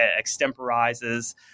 extemporizes